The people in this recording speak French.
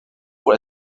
pour